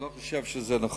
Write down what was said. אני לא חושב שזה נכון.